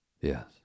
Yes